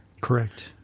Correct